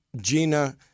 Gina